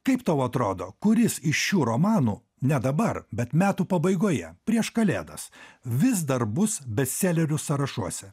kaip tau atrodo kuris iš šių romanų ne dabar bet metų pabaigoje prieš kalėdas vis dar bus bestselerių sąrašuose